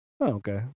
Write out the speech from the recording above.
Okay